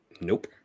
Nope